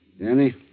Danny